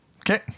Okay